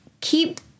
keep